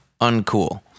uncool